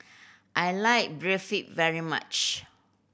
I like Barfi very much